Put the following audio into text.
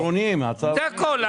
זה הכול.